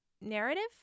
narrative